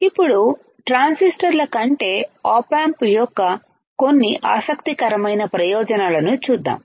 ఇప్పుడు ట్రాన్సిస్టర్ల కంటే ఆప్ ఆంప్ యొక్క కొన్ని ఆసక్తికరమైన ప్రయోజనాలను చూద్దాం